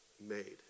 made